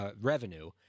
revenue